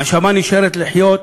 הנשמה נשארת לחיות,